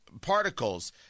particles